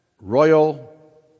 royal